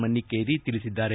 ಮನ್ನಿಕೇರಿ ತಿಳಿಸಿದ್ದಾರೆ